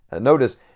Notice